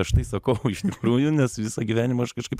aš tai sakau iš tikrųjų nes visą gyvenimą aš kažkaip